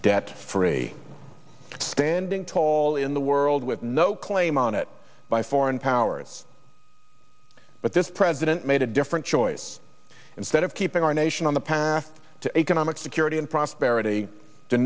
debt free standing tall in the world with no claim on it by foreign powers but this president made a different choice instead of keeping our nation on the path to economic security and prosperity to